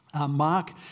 Mark